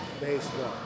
baseball